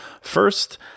First